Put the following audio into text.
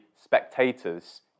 spectators